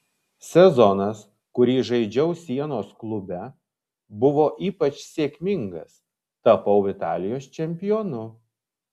sezonas kurį žaidžiau sienos klube buvo ypač sėkmingas tapau italijos čempionu